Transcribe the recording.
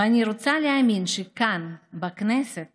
ואני רוצה להאמין שכן, בכנסת